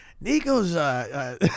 Nico's